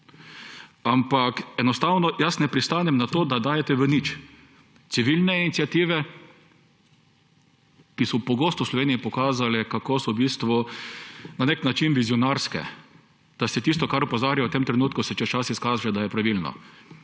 ampak enostavno jaz ne pristanem na to, da dajete v nič civilne iniciative, ki so pogosto v Sloveniji pokazale, kako so v bistvu na nek način vizionarske, da se tisto, na kar opozarjajo v tem trenutku, čez čas izkaže, da je pravilno.